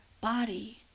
body